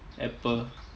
apple